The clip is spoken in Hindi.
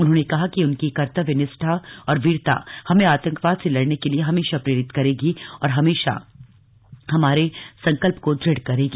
उन्होंने कहा कि उनकी कर्तव्य निष्ठा और वीरता हमें आतंकवाद से लड़ने के लिए हमेशा प्रेरित करेगी और हमारे संकल्प को दृढ़ करेगी